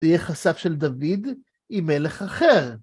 תהיה חשב של דוד היא מלך אחר.